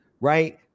Right